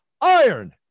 Iron